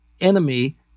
enemy